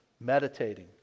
meditating